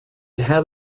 had